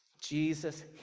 Jesus